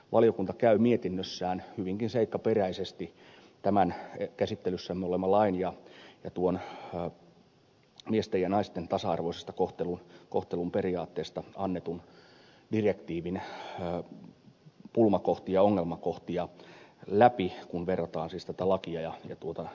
valiokunta käy mietinnössään hyvinkin seikkaperäisesti tämän käsittelyssämme olevan lain ja tuon miesten ja naisten tasa arvoisen kohtelun periaatteesta annetun direktiivin pulmakohtia ja ongelmakohtia läpi kun verrataan siis tätä lakia ja tuota direktiiviä